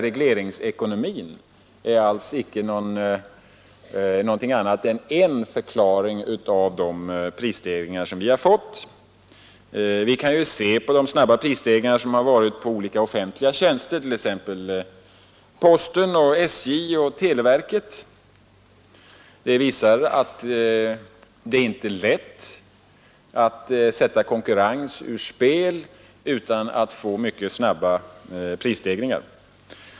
Regleringsekonomin är en förklaring till prisstegringarna. De snabba prisstegringar som förekommit på olika offentliga tjänster, t.ex. postens, SJ:s och televerkets, visar att det inte är lätt att sätta konkurrensen ur spel utan att få mycket snabba prisstegringar.